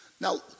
now